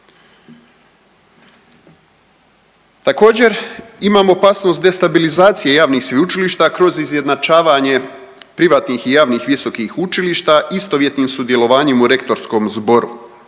Također imamo opasnost destabilizacije javnih sveučilišta kroz izjednačavanje privatnih i javnih visokih učilišta istovjetnim sudjelovanjem u Rektorskom zboru,